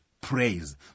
praise